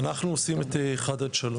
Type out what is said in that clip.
אנחנו עושים את 1-3,